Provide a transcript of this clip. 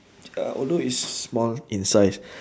ya although it's small in size